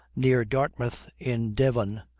near dartmouth in devon,